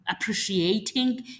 appreciating